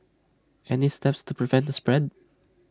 any steps to prevent the spread